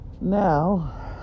Now